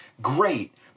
great